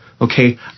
Okay